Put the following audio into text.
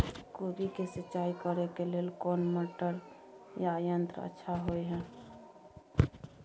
कोबी के सिंचाई करे के लेल कोन मोटर या यंत्र अच्छा होय है?